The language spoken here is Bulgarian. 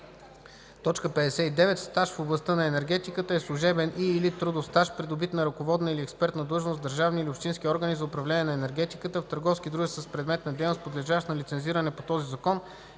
така: „59. „Стаж в областта на енергетиката” е служебен и/или трудов стаж, придобит на ръководна или експертна длъжност в държавни или общински органи за управление на енергетиката, в търговски дружества с предмет на дейност, подлежащ на лицензиране по този закон